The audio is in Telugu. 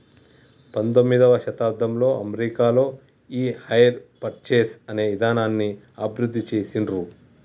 పంతొమ్మిదవ శతాబ్దంలో అమెరికాలో ఈ హైర్ పర్చేస్ అనే ఇదానాన్ని అభివృద్ధి చేసిండ్రు